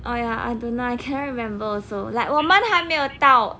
oh ya I don't know I cannot remember also like 我们还没有到